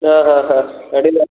ಹಾಂ ಹಾಂ ಹಾಂ ಅಡ್ಡಿಯಿಲ್ಲ